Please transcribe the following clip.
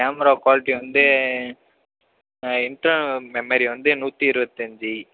camera quality வந்து ஆ internal memory வந்து நூற்றி இருபத்தஞ்சி